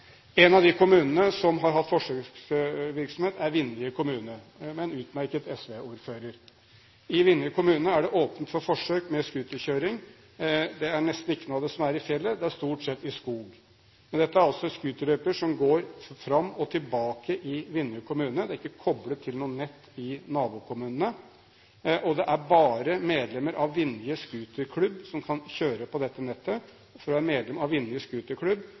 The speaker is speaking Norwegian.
av de kommunene som har hatt forsøksvirksomhet, er Vinje kommune – med en utmerket SV-ordfører. I Vinje kommune er det åpnet for forsøk med scooterkjøring. Nesten ikke noe av det er i fjellet, det er stort sett i skog. Dette er scooterløyper som går fram og tilbake i Vinje kommune, de er ikke koblet til noe nett i nabokommunene, og det er bare medlemmer av Vinjes scooterklubber som kan kjøre på dette nettet. For å være medlem av